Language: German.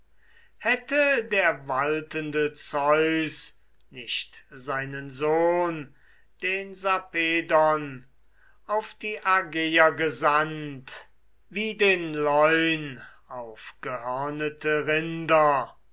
hätte der waltende zeus nicht seinen sohn den sarpedon auf die argeier gesandt wie den leun auf gehörnete rinder